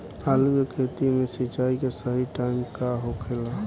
आलू के खेती मे सिंचाई के सही टाइम कब होखे ला?